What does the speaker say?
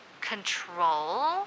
control